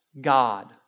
God